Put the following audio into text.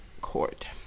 court